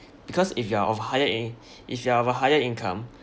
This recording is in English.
because if you're of higher eh if you're of a higher income